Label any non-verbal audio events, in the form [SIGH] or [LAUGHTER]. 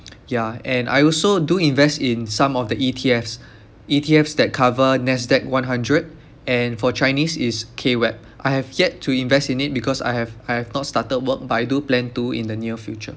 [NOISE] yeah and I also do invest in some of the E_T_Fs E_T_Fs that cover NASDAQ one hundred and for chinese is KWEB I have yet to invest in it because I have I have not started work but I do plan to in the near future